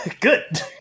Good